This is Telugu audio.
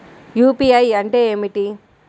యూ.పీ.ఐ అంటే ఏమిటీ?